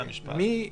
לבקש